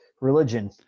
Religion